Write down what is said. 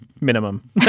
minimum